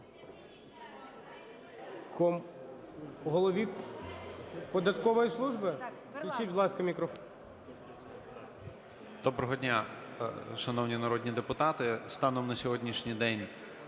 Доброго дня, шановні народні депутати! Станом на сьогоднішній день